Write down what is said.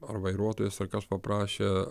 ar vairuotojas ar kas paprašė